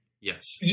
Yes